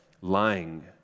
lying